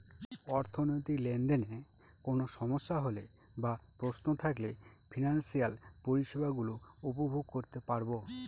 অর্থনৈতিক লেনদেনে কোন সমস্যা হলে বা প্রশ্ন থাকলে ফিনান্সিয়াল পরিষেবা গুলো উপভোগ করতে পারবো